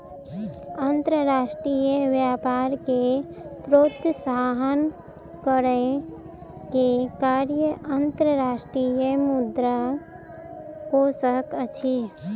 अंतर्राष्ट्रीय व्यापार के प्रोत्साहन करै के कार्य अंतर्राष्ट्रीय मुद्रा कोशक अछि